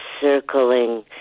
circling